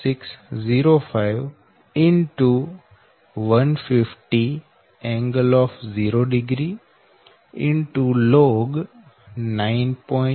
log જ્યાIa 150 A છે 0